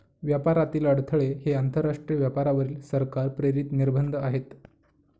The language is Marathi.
व्यापारातील अडथळे हे आंतरराष्ट्रीय व्यापारावरील सरकार प्रेरित निर्बंध आहेत